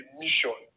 mission